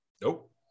Nope